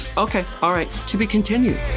okay. all right. to be continued.